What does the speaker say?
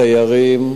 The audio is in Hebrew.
תיירים.